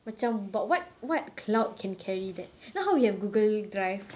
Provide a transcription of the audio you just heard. macam but what what cloud can carry that then how we have google drive